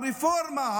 הרפורמה,